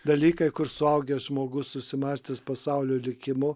dalykai kur suaugęs žmogus susimąstęs pasaulio likimu